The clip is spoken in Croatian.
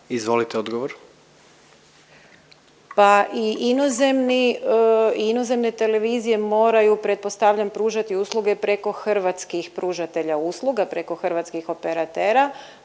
Lugarić, Tereza** Pa i inozemne televizije moraju pretpostavljam pružati usluge preko hrvatskih pružatelja usluga, preko hrvatskih operatera.